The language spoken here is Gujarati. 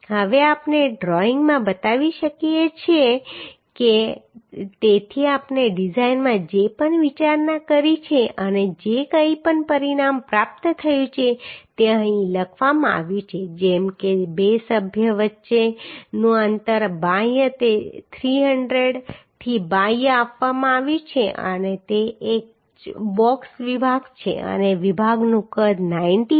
હવે આપણે ડ્રોઇંગમાં બતાવી શકીએ છીએ તેથી આપણે ડિઝાઇનમાં જે પણ વિચારણા કરી છે અને જે કંઈ પરિણામ પ્રાપ્ત થયું છે તે અહીં લખવામાં આવ્યું છે જેમ કે બે સભ્યો વચ્ચેનું અંતર બાહ્ય 300 થી બાહ્ય આપવામાં આવ્યું છે અને તે એક બોક્સ વિભાગ છે અને વિભાગનું કદ 90 છે